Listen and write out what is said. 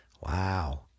Wow